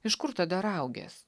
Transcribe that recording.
iš kur tada raugės